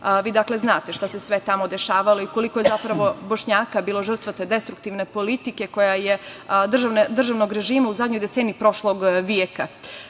Vi znate šta se sve tamo dešavalo i koliko je zapravo Bošnjaka bilo žrtva te destruktivne politike državnog režima u zadnjoj deceniji prošlog